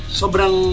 sobrang